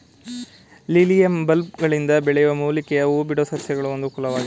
lilium ಬಲ್ಬ್ಗಳಿಂದ ಬೆಳೆಯೋ ಮೂಲಿಕೆಯ ಹೂಬಿಡೋ ಸಸ್ಯಗಳ ಒಂದು ಕುಲವಾಗಿದೆ